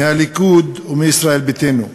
מהליכוד ומישראל ביתנו.